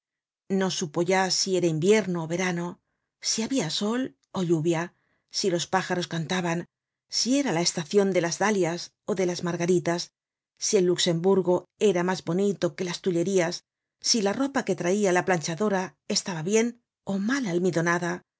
no supo ya si era invierno ó verano si habia sol ó lluvia si los pájaros cantaban si era la estacion de las dalias ó de las margaritas si el luxemburgo era mas bonito que las tullerías si la ropa que traia la planchadora estaba bien ó mal almidonada